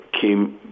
came